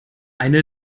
eine